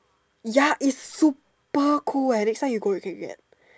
ya it's super cool next time you go you can get